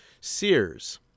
Sears